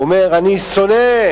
הוא אומר: אני שונא,